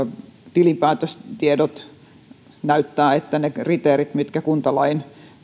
tilinpäätöstiedot näyttävät että ne kriteerit mitkä kuntalain